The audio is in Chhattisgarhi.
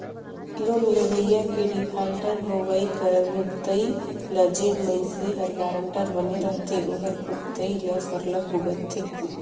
लोन लेवइया के डिफाल्टर होवई कर भुगतई ल जेन मइनसे हर गारंटर बने रहथे ओहर भुगतई ल सरलग भुगतथे